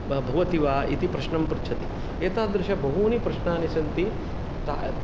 ब भवति वा इति प्रश्नं पृच्छति एतादृश बहूनि प्रश्नानि सन्ति ता